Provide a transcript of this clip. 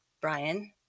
Brian